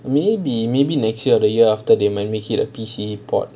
maybe maybe next year or the year after they might make it a P_C board